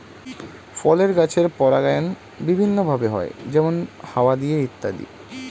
ফলের গাছের পরাগায়ন বিভিন্ন ভাবে হয়, যেমন হাওয়া দিয়ে ইত্যাদি